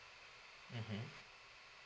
mmhmm